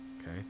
Okay